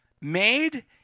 made